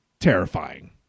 terrifying